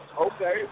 Okay